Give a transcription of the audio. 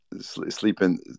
sleeping